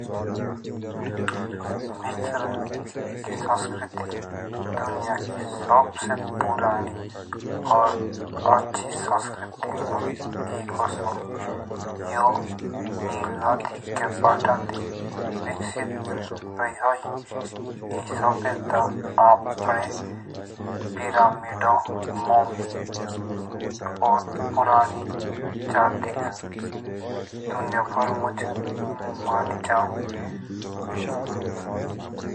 जब हम आचो खणोक खाओ तब हम अच्छे रो तब। बी बिमार जब हम एसो खाओ अतरंग पतरंग तब हो अम बिमार सबसे अच्छी बात है। जब हम खाओ तब सुध खाये घी दूध एतली का हो बेमार ना हुए जब बेमार ना हुए तब इंसान स्वस्थ रो ठीक रो अच्छा वो हो जब भी हम एसे ही अतरंग पतरंग खाओ तब हम सठ हो।